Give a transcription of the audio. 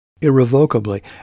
irrevocably